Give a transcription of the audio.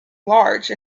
large